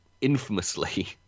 infamously